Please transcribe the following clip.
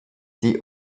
die